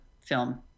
film